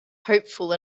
hopeful